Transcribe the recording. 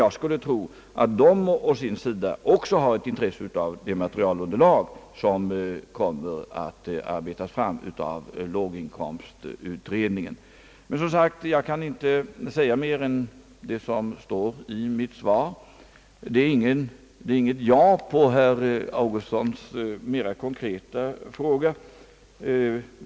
Jag skulle emellertid tro att också den har ett intresse av ett sådant materialunderlag, som låginkomstutredningen kommer att skaffa fram. Jag kan dock som sagt inte ange mer än vad som står i mitt svar. Det innebär inget ja på herr Augustssons mera konkreta fråga.